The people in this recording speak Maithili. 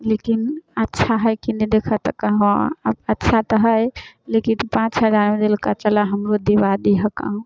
लेकिन अच्छा हइ कि नहि देखऽ तऽ हँ अच्छा तऽ हइ लेकिन पाँच हजारमे देलकऽ चलऽ हमरो दिवा दिहऽ कहूँ